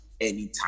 anytime